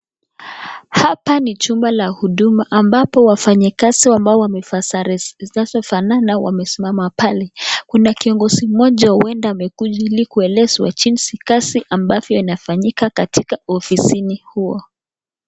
Hapa ni chumba la huduma ambapo wafanyikazi ambao wamevaa sare zinazofanana wamesimama pale kuna kiongozi mmoja huenda amekuja ili kuelezwe jinsi kazi ambavyo inafanyika katika ofisini huo.